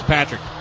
Patrick